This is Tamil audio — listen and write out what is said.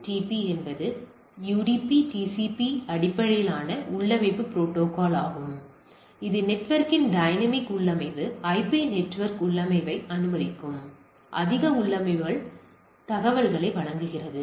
BOOTP என்பது யுடிபி ஐபி TCPIP அடிப்படையிலான உள்ளமைவு புரோட்டோகால்யாகும் இது நெட்வொர்க்கின் டைனமிக் உள்ளமைவு ஐபி நெட்வொர்க் உள்ளமைவை அனுமதிக்கும் அதிக உள்ளமைவு தகவல்களை வழங்குகிறது